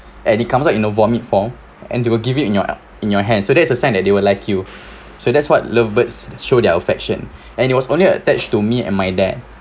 and it comes up in a vomit form and they will give you in your in your hand so that's a sign that they will like you so that's what lovebirds show their affection and it was only attached to me and my dad